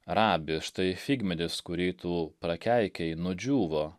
rabi štai figmedis kurį tu prakeikei nudžiūvo